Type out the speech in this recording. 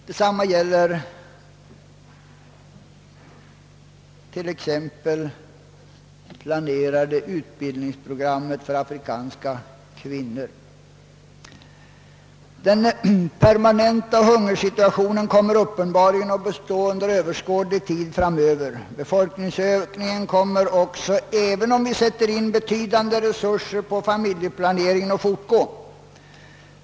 Detsamma gäller t.ex. det planerade utbildningsprogrammet för afrikanska kvinnor. Den permanenta hungersituationen kommer uppenbarligen att bestå under överskådlig tid framöver, och befolkningsökningen kommer, även om vi sätter in betydande resurser på familjeplanering, att fortgå.